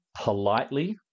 politely